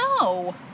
No